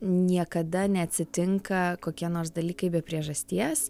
niekada neatsitinka kokie nors dalykai be priežasties